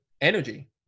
energy